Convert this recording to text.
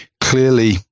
clearly